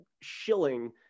shilling